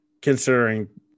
considering –